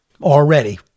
already